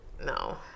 no